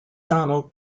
donald